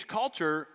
culture